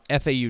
FAU